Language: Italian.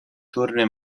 torre